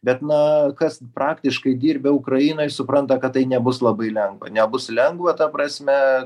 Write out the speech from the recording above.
bet na kas praktiškai dirbę ukrainoj supranta kad tai nebus labai lengva nebus lengva ta prasme